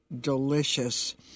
delicious